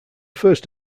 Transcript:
first